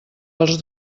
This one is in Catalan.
als